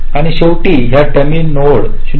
आणि शेवटी या डमी नोडवर 0